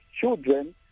children